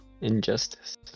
Injustice